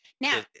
Now